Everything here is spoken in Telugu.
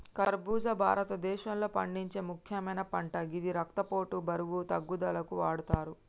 ఖర్బుజా భారతదేశంలో పండించే ముక్యమైన పంట గిది రక్తపోటు, బరువు తగ్గుదలకు వాడతరు